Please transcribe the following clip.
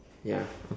ya